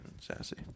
sassy